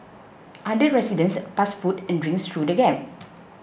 other residents passed food and drinks through the gap